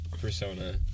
persona